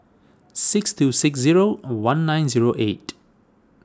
six two six zero one nine zero eight